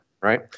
right